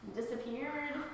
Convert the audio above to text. disappeared